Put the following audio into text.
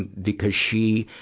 and because she,